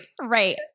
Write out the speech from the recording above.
right